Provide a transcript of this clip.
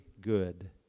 good